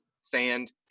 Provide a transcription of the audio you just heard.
sand